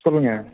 சொல்லுங்கள்